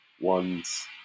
ones